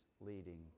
leading